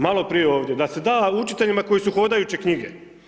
Maloprije ovdje, da si… učiteljima koji su hodajuće knjige.